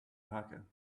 parker